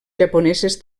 japoneses